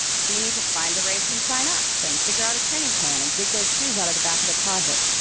so you need to find a race and sign up, figure out a training plan, and dig those shoes out of the back of the closet.